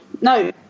no